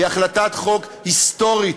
היא החלטת חוק היסטורית.